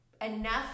enough